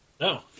no